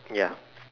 ya